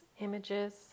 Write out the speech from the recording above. images